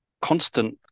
constant